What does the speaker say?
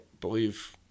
believe